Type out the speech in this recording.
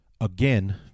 again